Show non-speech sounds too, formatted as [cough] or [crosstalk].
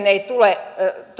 [unintelligible] ei tule